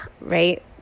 right